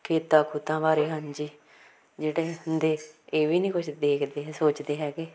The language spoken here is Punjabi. ਖੇਤਾਂ ਖੁਤਾਂ ਬਾਰੇ ਹਾਂਜੀ ਜਿਹੜੇ ਹੁੰਦੇ ਇਹ ਵੀ ਨਹੀਂ ਕੁਛ ਦੇਖਦੇ ਸੋਚਦੇ ਹੈਗੇ